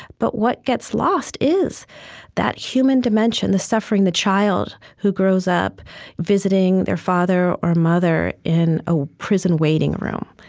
but what gets lost is that human dimension, the suffering, the child who grows up visiting their father or mother in a prison waiting room.